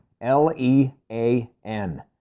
l-e-a-n